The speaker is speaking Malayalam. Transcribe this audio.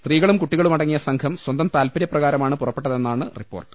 സ്ത്രീകളും കുട്ടികളുമടങ്ങിയ സംഘം സ്വന്തം താത്പര്യ പ്രകാ രമാണ് പുറപ്പെട്ടതെന്നാണ് റിപ്പോർട്ട്